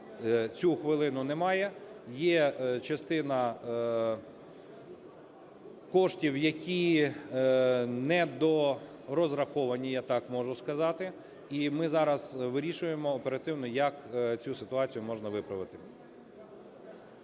цю хвилину немає. Є частина коштів, які недорозраховані, я так можу сказати, і ми зараз вирішуємо оперативно, як цю ситуацію можна виправити.